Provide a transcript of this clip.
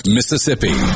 Mississippi